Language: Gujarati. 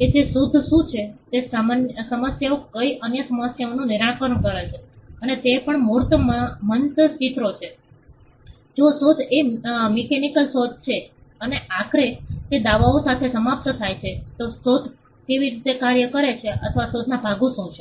છે કે શોધ શું છે તે સમસ્યાઓ કઈ અન્ય સમસ્યાઓનું નિરાકરણ કરે છે અને તે પણ મૂર્તિમંત ચિત્રો છે જો શોધ એ મિકેનિકલ શોધ છે અને આખરે તે દાવાઓ સાથે સમાપ્ત થાય છે તો શોધ કેવી રીતે કાર્ય કરે છે અથવા શોધના ભાગો શું છે